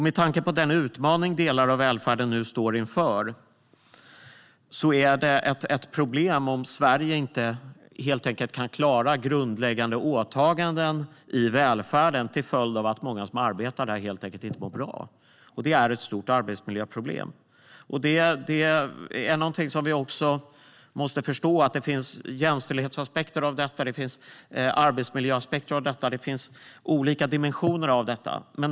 Med tanke på den utmaning delar av välfärden står inför är det ett problem om Sverige inte kan klara grundläggande åtaganden i välfärden till följd av att många som arbetar där inte mår bra. Det är ett stort arbetsmiljöproblem. Vi måste förstå att det finns jämställdhetsaspekter på detta, det finns arbetsmiljöaspekter på detta och det finns olika dimensioner av detta.